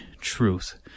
truth